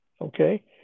Okay